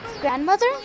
Grandmother